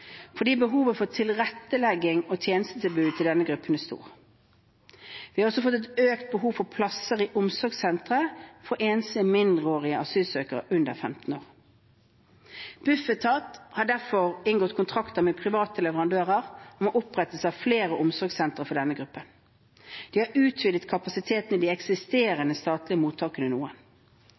fordi behovet for tilrettelegging og tjenestetilbud til denne gruppen er stort. Vi har også fått et økt behov for plasser i omsorgssentre for enslige mindreårige asylsøkere under 15 år. Bufetat har derfor inngått kontrakter med private leverandører om opprettelse av flere omsorgssentre for denne gruppen. De har utvidet kapasiteten i de eksisterende statlige mottakene noe.